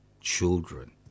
children